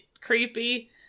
creepy